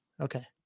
okay